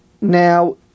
Now